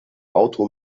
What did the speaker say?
auto